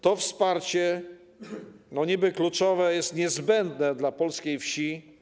To wsparcie, niby kluczowe, jest niezbędne dla polskiej wsi.